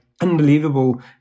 unbelievable